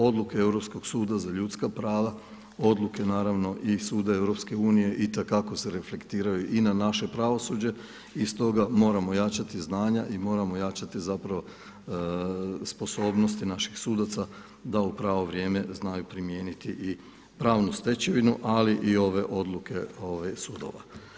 Odluke Europskog suda za ljudska prava, odluke naravno i Suda EU itekako se reflektiraju i na naše pravosuđe i stoga moramo jačati znanja i moramo jačati zapravo sposobnosti naših sudaca da u pravo vrijeme znaju primijeniti i pravnu stečevinu, ali i ove odluke sudova.